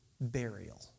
burial